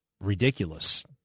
ridiculous